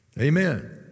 Amen